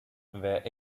where